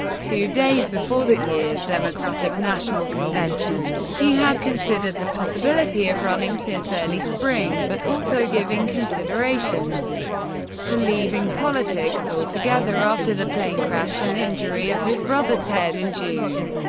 two days before that year's democratic national convention. he had considered the possibility of running since early spring, but also giving consideration to leaving politics altogether after the plane crash and injury of his brother ted in june,